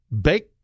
bake